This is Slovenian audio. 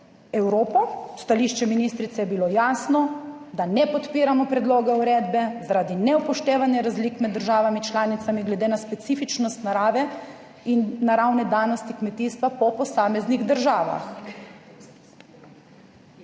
Evropo. Stališče ministrice je bilo jasno, da ne podpiramo predloga uredbe zaradi neupoštevanja razlik med državami članicami glede na specifičnost narave in naravne danosti kmetijstva po posameznih državah.